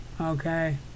Okay